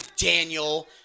Daniel